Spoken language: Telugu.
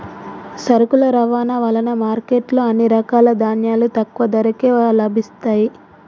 సరుకుల రవాణా వలన మార్కెట్ లో అన్ని రకాల ధాన్యాలు తక్కువ ధరకే లభిస్తయ్యి